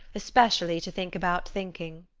especially to think about thinking.